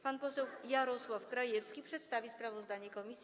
Pan poseł Jarosław Krajewski przedstawi sprawozdanie komisji.